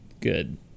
good